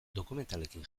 dokumentalekin